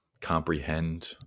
comprehend